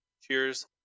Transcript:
Cheers